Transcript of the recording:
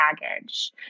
baggage